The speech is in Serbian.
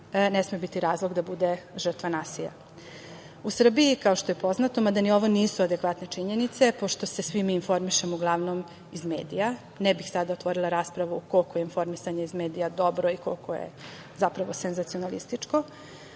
ne sme biti razlog da bude žrtva nasilja.U Srbiji, kao što je poznato, mada ni ovo nisu adekvatne činjenice pošto se svi mi informišemo uglavnom iz medija, ne bih sada otvorila raspravu koliko je informisanje iz medija dobro i koliko je zapravo senzacionalističko,